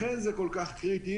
לכן זה כל כך קריטי,